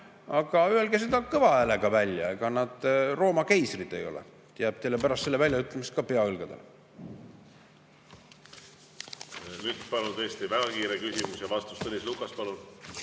Aga öelge see kõva häälega välja! Ega nad Rooma keisrid ei ole, jääb teile pärast selle väljaütlemist ka pea õlgadele. Nüüd palun tõesti väga kiire küsimus ja vastus. Tõnis Lukas, palun!